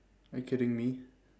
are you kidding me